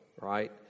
right